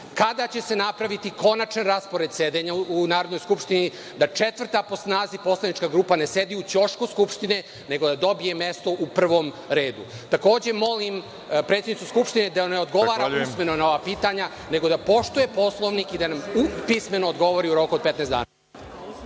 Kada će se napraviti konačan raspored sedenja u Narodnoj skupštini da četvrta po snazi poslanička grupa ne sedi u ćošku Skupštine nego da dobije mesto u prvom redu? Takođe, molim predsednicu Skupštine da ne odgovara usmeno na ova pitanja nego da poštuje Poslovnik i da nam pismeno odgovori u roku od 15 dana.